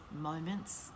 moments